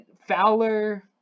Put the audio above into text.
Fowler